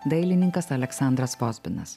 dailininkas aleksandras vozbinas